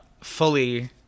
fully